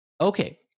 okay